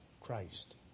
Christ